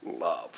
love